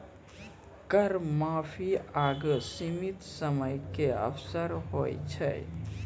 कर माफी एगो सीमित समय के अवसर होय छै